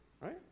right